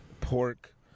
pork